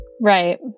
Right